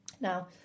Now